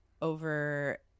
over